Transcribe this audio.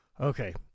Okay